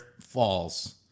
falls